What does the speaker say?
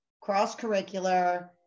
cross-curricular